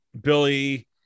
Billy